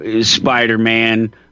Spider-Man